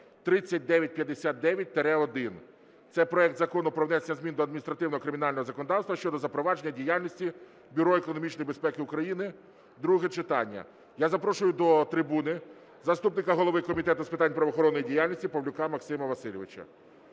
3959-1. Це проект Закону про внесення змін до адміністративного, кримінального законодавства щодо запровадження діяльності Бюро економічної безпеки України (друге читання). Я запрошую до трибуни заступника голови Комітету з питань правоохоронної діяльності Павлюка Максима Васильовича.